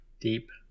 deep